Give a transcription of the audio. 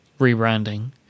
rebranding